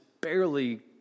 barely